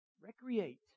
recreate